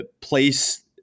place